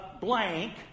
blank